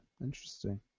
interesting